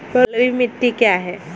बलुई मिट्टी क्या है?